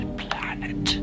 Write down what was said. planet